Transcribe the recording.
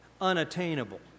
unattainable